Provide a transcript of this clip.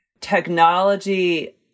technology